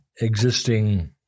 existing